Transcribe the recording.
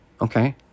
okay